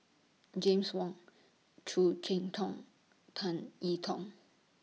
James Wong Khoo Cheng Tiong Tan E Tong